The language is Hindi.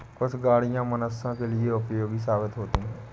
कुछ गाड़ियां मनुष्यों के लिए उपयोगी साबित होती हैं